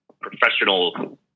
professional